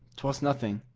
twas nothing.